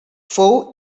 fou